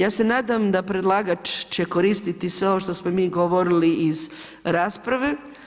Ja se nadam da predlagač će koristiti sve ovo što smo mi govorili iz rasprave.